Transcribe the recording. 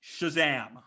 shazam